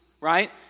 right